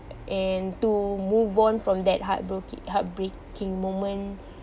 and to move on from that heartbro~ heartbreaking moment